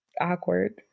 awkward